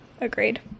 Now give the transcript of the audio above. agreed